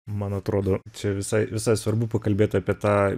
man atrodo čia visai visai svarbu pakalbėti apie tą